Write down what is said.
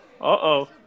Uh-oh